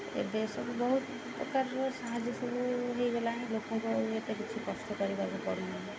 ଏବେ ସବୁ ବହୁତ ପ୍ରକାରର ସାହାଯ୍ୟ ସବୁ ହୋଇଗଲାଣି ଲୋକଙ୍କୁ ଆଉ ଏତେ କିଛି କଷ୍ଟ କରିବାକୁ ପଡ଼ୁନାହିଁ